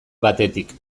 batetik